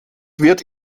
wird